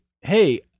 hey